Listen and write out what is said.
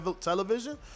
television